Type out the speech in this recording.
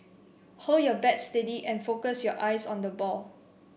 hold your bat steady and focus your eyes on the ball